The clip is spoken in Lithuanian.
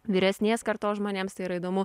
vyresnės kartos žmonėms tai yra įdomu